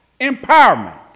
empowerment